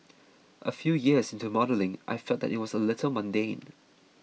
a few years into modelling I felt that it was a little mundane